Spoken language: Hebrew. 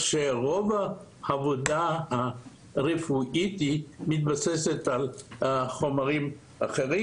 רוב העבודה הרפואית מתבססת על חומרים אחרים.